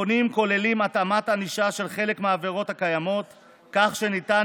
התיקונים כוללים התאמת הענישה על חלק מהעבירות הקיימות כך שניתן